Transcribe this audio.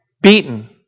beaten